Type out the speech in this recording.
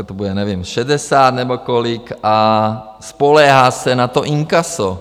Teď to bude, nevím, 60 nebo kolik, a spoléhá se na to inkaso.